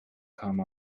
come